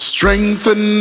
Strengthen